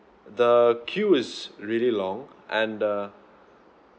the queue is really long and the